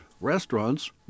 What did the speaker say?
restaurants